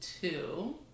two